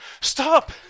Stop